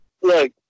look